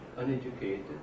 uneducated